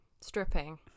stripping